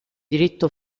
diritto